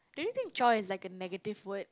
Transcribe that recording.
do you think chore is like a negative word